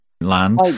land